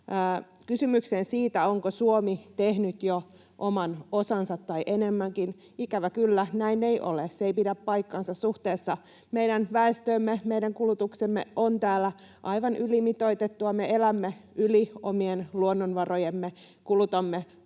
Kysymykseen siitä, onko Suomi tehnyt jo oman osansa tai enemmänkin: Ikävä kyllä näin ei ole, se ei pidä paikkaansa. Suhteessa meidän väestöömme meidän kulutuksemme on täällä aivan ylimitoitettua. Me elämme yli omien luonnonvarojemme, kulutamme